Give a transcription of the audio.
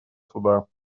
суда